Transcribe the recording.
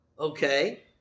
Okay